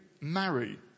marry